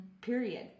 Period